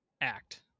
act